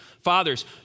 Fathers